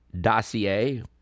dossier